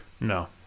No